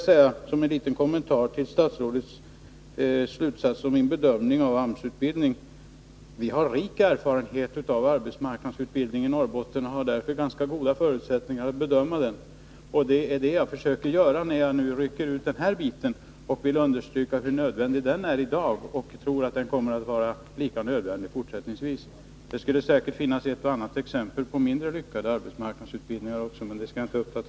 Som en liten kommentar till statsrådets slutsats om min bedömning av arbetsmarknadsutbildning, vill jag säga att vi har rik erfarenhet av arbetsmarknadsutbildning i Norrbotten och därför har ganska goda förutsättningar att bedöma den. Det är det jag försöker göra när jag nu rycker ut den här biten och vill understryka hur nödvändig den är i dag. Och jag tror att den kommer att vara lika nödvändig fortsättningsvis. Det finns säkert också ett och annat exempel på mindre lyckade arbetsmarknadsutbildningar, men jag skall inte ta upp tiden med det i dag.